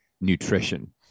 nutrition